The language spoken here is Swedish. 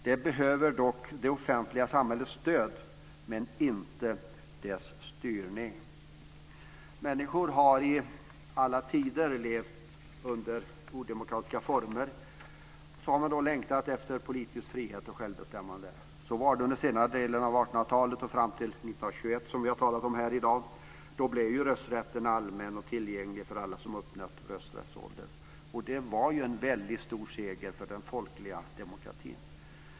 Det behöver dock det offentliga samhällets stöd, men inte dess styrning. Människor som har levt under odemokratiska former har i alla tider längtat efter politisk frihet och självbestämmande. Så var det under senare delen av 1800-talet och fram till 1921, som vi har talat om här i dag. Då blev rösträtten allmän och tillgänglig för alla som uppnått rösträttsålder. Det var en väldigt stor seger för den folkliga demokratin.